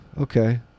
okay